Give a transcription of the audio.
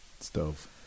stove